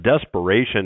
desperation